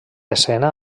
escena